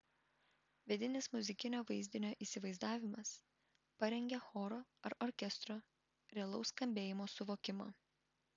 vidinis muzikinio vaizdinio įsivaizdavimas parengia choro ar orkestro realaus skambėjimo suvokimą